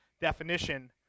definition